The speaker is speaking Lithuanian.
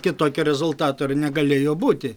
kitokio rezultato ir negalėjo būti